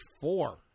four